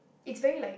it's very like